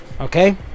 okay